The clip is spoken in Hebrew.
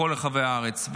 בכל רחבי הארץ.